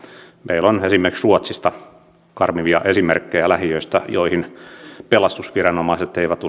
meillä on esimerkiksi ruotsista karmivia esimerkkejä lähiöistä joihin esimerkiksi pelastusviranomaiset eivät